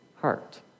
heart